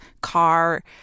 car